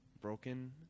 broken